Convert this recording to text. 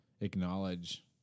acknowledge